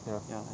ya